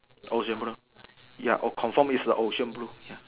ocean blue ya or confirm is the ocean blue ya